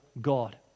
God